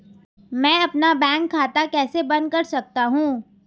मैं अपना बैंक खाता कैसे बंद कर सकता हूँ?